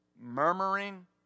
murmuring